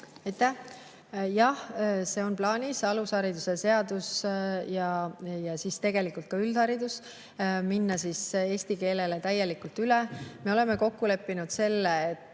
Jah, see on plaanis. Alushariduse seadus ja tegelikult ka üldharidus – minna eesti keelele täielikult üle. Me oleme kokku leppinud selle, et